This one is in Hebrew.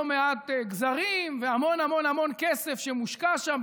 לא מעט גזרים והמון המון המון כסף שמושקע שם,